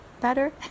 better